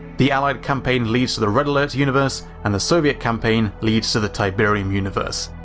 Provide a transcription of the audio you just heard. the allied campaign leads to the red alert universe, and the soviet campaign leads to the tiberium universe.